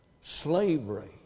Slavery